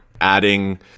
adding